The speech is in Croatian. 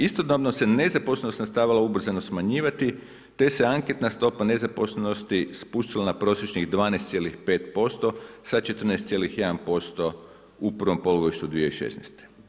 Istodobno se nezaposlenost nastavila ubrzano smanjivati, te se anketna stopa nezaposlenosti spustila na prosječnih 12,5% sa 14,1% u prvom polugodištu 2016.